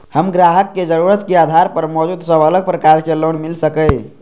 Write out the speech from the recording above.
हम ग्राहक के जरुरत के आधार पर मौजूद सब अलग प्रकार के लोन मिल सकये?